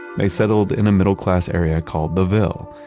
they settled in a middle-class area called the ville.